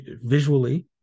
visually